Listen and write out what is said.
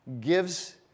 gives